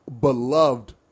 beloved